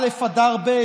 א' באדר ב',